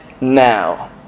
now